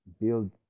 build